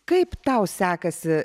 kaip tau sekasi